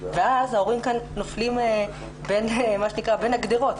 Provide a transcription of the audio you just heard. ואז ההורים נופלים בין הגדרות.